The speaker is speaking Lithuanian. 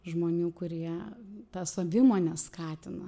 žmonių kurie tą savimonę skatina